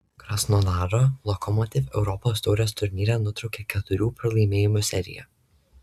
krasnodaro lokomotiv europos taurės turnyre nutraukė keturių pralaimėjimų seriją